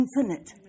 infinite